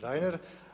Reiner.